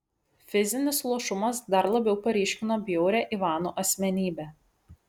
fizinis luošumas dar labiau paryškino bjaurią ivano asmenybę